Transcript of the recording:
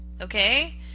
okay